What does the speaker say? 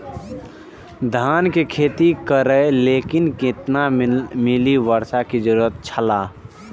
धान के खेती करे के लेल कितना मिली वर्षा के जरूरत छला?